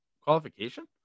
qualification